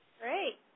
Great